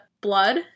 blood